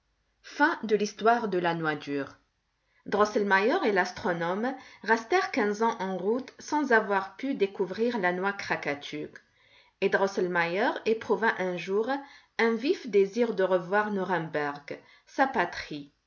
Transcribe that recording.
fin de l'histoire de la noix dure drosselmeier et l'astronome restèrent quinze ans en route sans avoir pu découvrir la noix krakatuk et drosselmeier éprouva un jour un vif désir de revoir nuremberg sa patrie